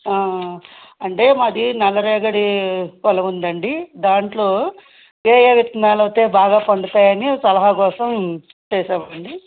అంటే మాది నల్లరేగడి పొలం ఉందండి దానిలో ఏ ఏ విత్తనాలయితే బాగా పండుతాయని సలహా కోసం చేసామండి